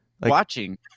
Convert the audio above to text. Watching